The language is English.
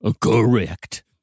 Correct